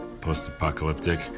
post-apocalyptic